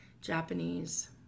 Japanese